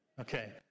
Okay